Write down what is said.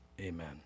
amen